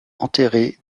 enterrée